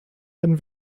wenn